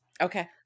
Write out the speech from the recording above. Okay